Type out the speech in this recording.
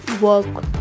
work